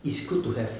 it's good to have